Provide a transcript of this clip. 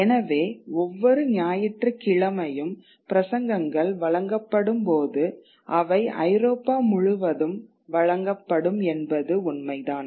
எனவே ஒவ்வொரு ஞாயிற்றுக்கிழமையும் பிரசங்கங்கள் வழங்கப்படும் போது அவை ஐரோப்பா முழுவதும் வழங்கப்படும் என்பது உண்மைதான்